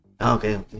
okay